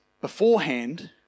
beforehand